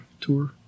tour